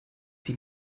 sie